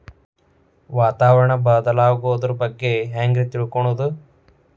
ವಾತಾವರಣ ಬದಲಾಗೊದ್ರ ಬಗ್ಗೆ ಹ್ಯಾಂಗ್ ರೇ ತಿಳ್ಕೊಳೋದು?